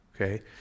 Okay